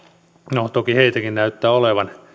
no toki heitäkin näyttää olevan